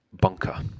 bunker